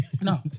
No